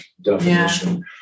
definition